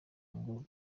ngo